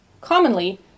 Commonly